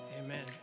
amen